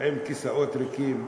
עם כיסאות ריקים,